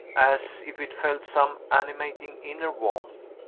as if it felt some animating inner warmth.